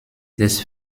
des